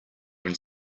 when